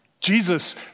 Jesus